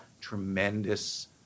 tremendous